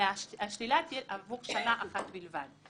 השלילה תהיה עבור שנה אחת בלבד,